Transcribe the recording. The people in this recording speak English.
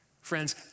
Friends